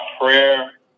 prayer